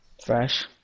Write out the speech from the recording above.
Fresh